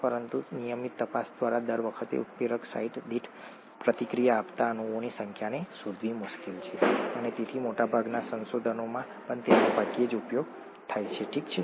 પરંતુ નિયમિત તપાસ દ્વારા દર વખતે ઉત્પ્રેરક સાઇટ દીઠ પ્રતિક્રિયા આપતા અણુઓની સંખ્યાને શોધવી મુશ્કેલ છે અને તેથી મોટાભાગના સંશોધનમાં પણ તેનો ભાગ્યે જ ઉપયોગ થાય છે ઠીક છે